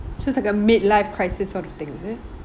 so it's like a mid life crisis sort of thing is it